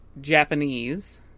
Japanese